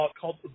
called